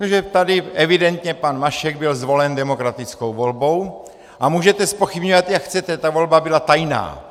To, že tady evidentně pan Mašek byl zvolen demokratickou volbou, a můžete zpochybňovat, jak chcete ta volba byla tajná.